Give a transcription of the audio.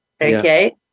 Okay